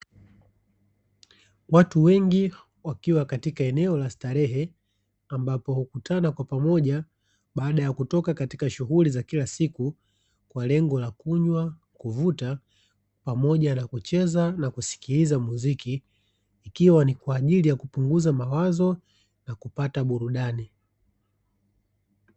Watu wengi wakiwa katika eneo la starehe, ambapo hukutana kwa pamoja baada ya kutoka katika shughuli za kila siku, kwa lengo la kunywa, kuvutia, pamoja na kucheza na kusikiliza muziki; ikiwa ni kwa ajili ya kupunguza mawazo na kupata burudani.